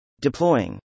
Deploying